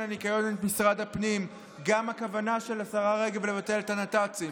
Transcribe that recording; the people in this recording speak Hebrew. הניקיון את משרד הפנים וגם הכוונה של השרה רגב לבטל את הנת"צים.